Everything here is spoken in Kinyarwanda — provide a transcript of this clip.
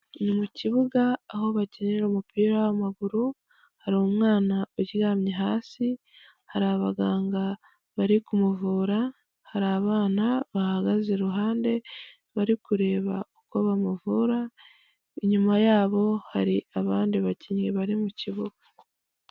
Ni mu kibuga aho bakinira umupira w'amaguru hari umwana uryamye hasi hari abaganga bari kuvura hari abana bahagaze iruhande bari kureba uko bamuvura inyuma yabo hari abandi bakinnyi bari mu kibuga.